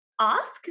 ask